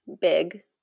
big